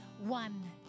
one